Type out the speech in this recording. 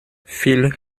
viel